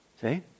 See